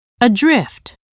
adrift